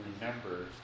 remember